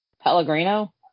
Pellegrino